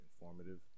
informative